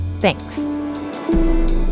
Thanks